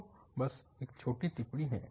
तो बस एक छोटी टिप्पणी है